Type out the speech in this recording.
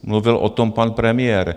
Mluvil o tom pan premiér.